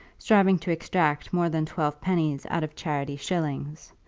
striving to extract more than twelve pennies out of charity shillings,